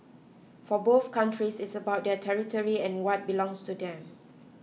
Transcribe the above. for both countries it's about their territory and what belongs to them